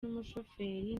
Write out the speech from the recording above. n’umushoferi